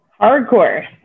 Hardcore